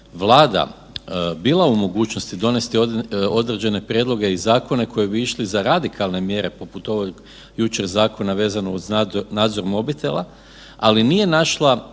Vlada bila u mogućnosti donesti određene prijedloge i zakone koji bi išli za radikalne mjere poput ovog jučer zakona vezano uz nadzor mobitela, ali nije našla